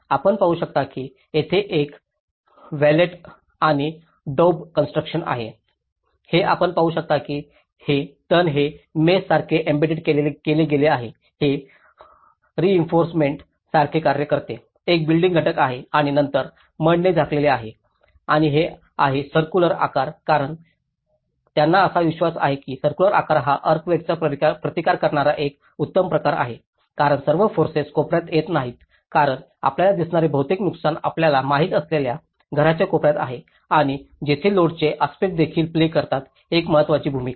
आपण पाहू शकता की येथे एक व्हेटल आणि डौब कन्स्ट्रक्शन आहे हे आपण पाहु शकता की हे तण हे मेष सारखे एम्बेड केले गेले आहे ते रिइन्फोर्समेंट सारखे कार्य करते एक बाइंडिंग घटक आहे आणि नंतर मड ने झाकलेले आहे आणि हे आहे सर्क्युलर आकार कारण त्यांना असा विश्वास आहे की सर्क्युलर आकार हा अर्थक्वेकाचा प्रतिकार करणारा एक उत्तम प्रकार आहे कारण सर्व फोर्सस कोपऱ्यात येत नाहीत कारण आपल्याला दिसणारे बहुतेक नुकसान आपल्याला माहित असलेल्या घराच्या कोपऱ्यात आहे आणि तिथेच लोडचे आस्पेक्टस देखील प्ले करतात एक महत्वाची भूमिका